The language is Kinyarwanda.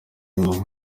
y’uyu